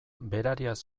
berariaz